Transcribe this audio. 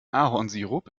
ahornsirup